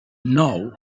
nou